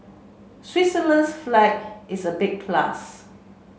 Switzerland's flag is a big plus